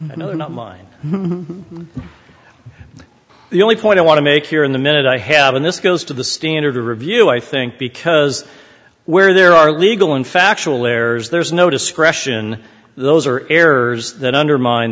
other not mine the only point i want to make here in the minute i have and this goes to the standard of review i think because where there are legal and factual errors there's no discretion those are errors that undermine